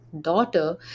daughter